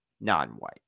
non-white